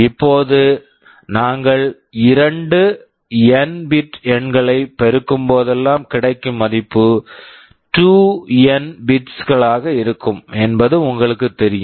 இப்போது நாங்கள் இரண்டு என் n பிட் bit எண்களைப் பெருக்கும்போதெல்லாம் கிடைக்கும் மதிப்பு 2n பிட்ஸ் bits களாக இருக்கும் என்பது உங்களுக்குத் தெரியும்